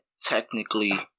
technically